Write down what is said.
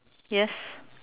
yes